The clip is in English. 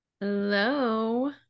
Hello